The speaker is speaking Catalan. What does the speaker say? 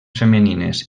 femenines